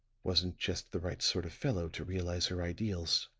wasn't just the right sort of fellow to realize her ideals.